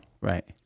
Right